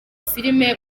filimi